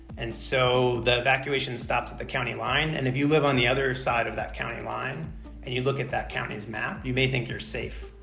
and so the evacuation stops at the county line. and if you live on the other side of that county line and you look at that county's map, you may think you're safe,